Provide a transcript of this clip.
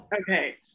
okay